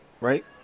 right